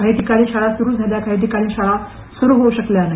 काही ठिकाणी शाळा सुरू झाल्या तर काही ठिकाणी शाळा सुरू होऊ शकल्या नाही